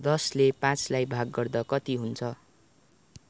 दसले पाँचलाई भाग गर्दा कति हुन्छ